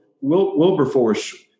Wilberforce